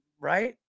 Right